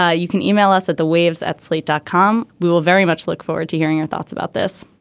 ah you can email us at the waves at slate dot com. we will very much look forward to hearing your thoughts about this